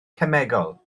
cemegol